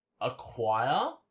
Acquire